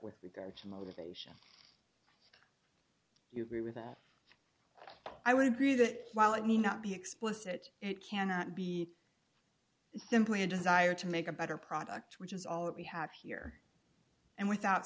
with regard to motivation you agree with that i would agree that while it may not be explicit it cannot be simply a desire to make a better product which is all that we have here and without